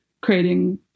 creating